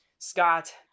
Scott